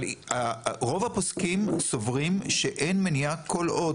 אבל רוב הפוסקים סוברים שאין מניעה כל עוד